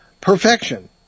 perfection